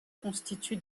constitue